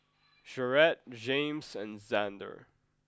Jarett Jaymes and Xander